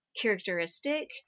characteristic